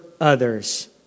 others